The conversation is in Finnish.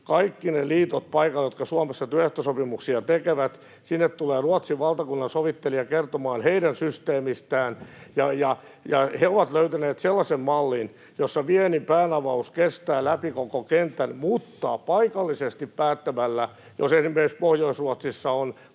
kaikki ne liitot paikalle, jotka Suomessa työehtosopimuksia tekevät. Sinne tulee Ruotsin valtakunnansovittelija kertomaan heidän systeemistään. He ovat löytäneet sellaisen mallin, jossa viennin päänavaus kestää läpi koko kentän, mutta paikallisesti päättämällä, jos esimerkiksi Pohjois-Ruotsissa on